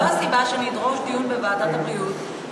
זו הסיבה שנדרוש דיון בוועדת הבריאות,